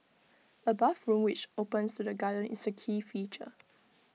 A bathroom which opens to the garden is the key feature